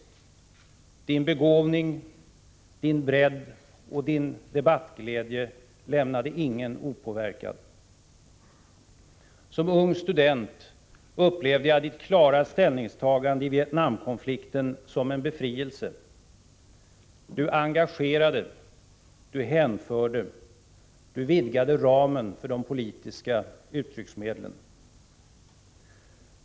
Din begåvning, Din bredd och Din debattglädje lämnade ingen opåverkad. Som ung student upplevde jag Ditt klara ställningstagande i Vietnamkonflikten som en befrielse. Du engagerade. Du hänförde. Du vidgade ramen för de politiska uttrycksmedlen.